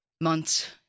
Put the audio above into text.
months